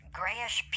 grayish